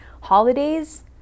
holidays